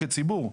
כציבור,